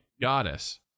goddess